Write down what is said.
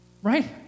Right